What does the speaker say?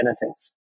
benefits